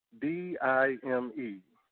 D-I-M-E